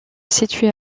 située